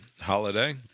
holiday